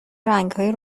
رنگهای